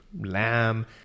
lamb